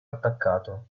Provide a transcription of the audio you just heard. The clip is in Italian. attaccato